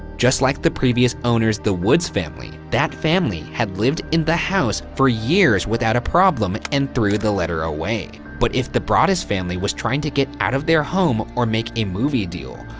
just like the previous owners, the woods family, that family had lived in the house for years without a problem and threw the letter away. but if the broaddus family was trying to get out of their home or make a movie deal,